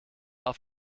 auf